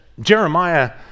Jeremiah